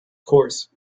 course